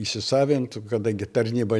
įsisavintų kada gi tarnyba